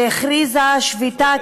והכריזה שביתה